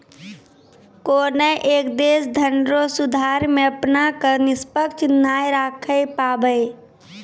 कोनय एक देश धनरो सुधार मे अपना क निष्पक्ष नाय राखै पाबै